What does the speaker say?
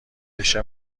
بشه